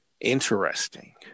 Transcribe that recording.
Interesting